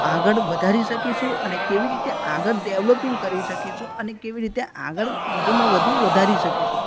આગળ વધારી શકીશું અને કેવી રીતે આગળ ડેવલોપિંગ કરી શકીશું અને કેવી રીતે આગળ વધુમાં વધુ વધારી શકીશું